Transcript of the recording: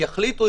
יחליטו,